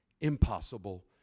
impossible